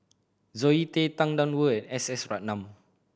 Zoe Tay Tang Da Wu and S S Ratnam